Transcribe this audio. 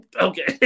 Okay